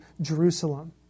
Jerusalem